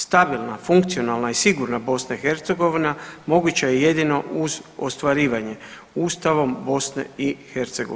Stabilna, funkcionalna i sigurna BiH moguća je jedino uz ostvarivanje Ustavom BiH.